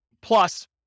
plus